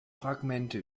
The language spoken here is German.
fragmente